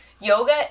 Yoga